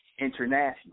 international